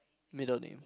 middle name